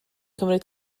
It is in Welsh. cymryd